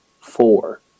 four